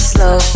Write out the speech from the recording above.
Slow